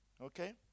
okay